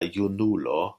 junulo